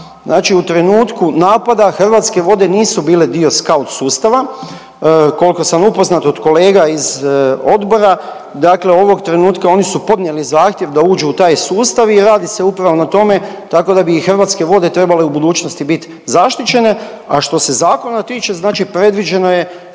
znači u trenutku napada, Hrvatske vode nisu bile dio SK@UT sustava, koliko sam upoznat od kolega iz odbora, dakle ovog trenutka oni su podnijeli zahtjev da uđu u taj sustav i radi se upravo na tome, tako da bi i Hrvatske vode trebale u budućnosti biti zaštićene, a što se zakona tiče, znači predviđeno je,